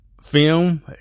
film